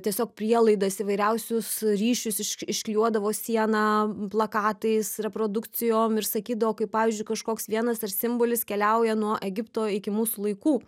tiesiog prielaidas įvairiausius ryšius iš išklijuodavo sieną plakatais reprodukcijom ir sakydavo kaip pavyzdžiui kažkoks vienas ar simbolis keliauja nuo egipto iki mūsų laikų